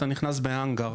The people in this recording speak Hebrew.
אתה נכנס בהאנגר.